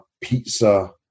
pizza